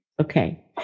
Okay